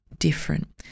different